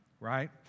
right